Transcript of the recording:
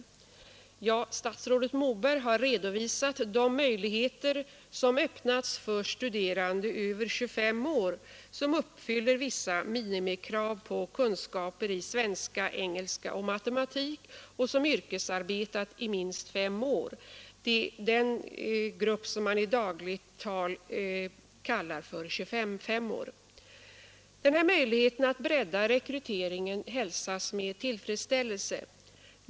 Ja, statsrådet Moberg har redovisat de möjligheter som öppnats för studerande över 25 år som uppfyller vissa minimikrav på kunskaper i svenska, engelska och matematik och som yrkesarbetat i minst fem år — den grupp som man i dagligt tal kallar 25:§5:or. Denna möjlighet att rädda rekryteringen hälsas med tillfredsställelse.